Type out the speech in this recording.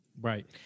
Right